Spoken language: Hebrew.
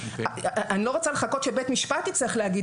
אני לא רוצה לחכות שבית משפט יצטרך להגיד